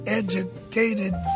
educated